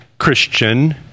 Christian